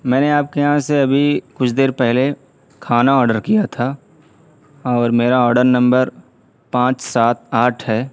میں نے آپ کے یہاں سے ابھی کچھ دیر پہلے کھانا آرڈر کیا تھا اور میرا آرڈر نمبر پانچ سات آٹھ ہے